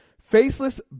Faceless